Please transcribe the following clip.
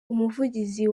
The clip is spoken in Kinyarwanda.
umuvugizi